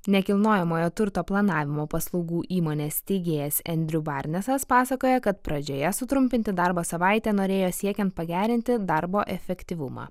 nekilnojamojo turto planavimo paslaugų įmonės steigėjas endriu barnesas pasakoja kad pradžioje sutrumpinti darbo savaitę norėjo siekiant pagerinti darbo efektyvumą